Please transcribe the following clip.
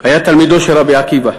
היה תלמידו של רבי עקיבא.